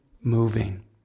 moving